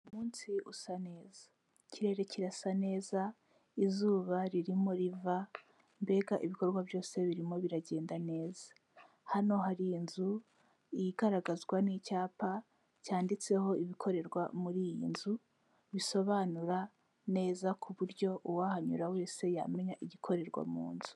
Umunsi usa neza. Ikirere kirasa neza, izuba ririmo riva mbega ibikorwa byose birimo biragenda neza. Hano hari inzu igaragazwa n'icyapa cyanditseho ibikorerwa muri iyi nzu, bisobanura neza ku buryo uwahanyura wese yamenya igikorerwa mu nzu.